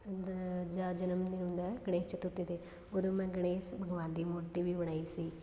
ਦਾ ਜਾ ਜਨਮ ਦਿਨ ਹੁੰਦਾ ਗਣੇਸ਼ ਚਤੁਰਥੀ 'ਤੇ ਉਦੋਂ ਮੈਂ ਗਣੇਸ਼ ਭਗਵਾਨ ਦੀ ਮੂਰਤੀ ਵੀ ਬਣਾਈ ਸੀ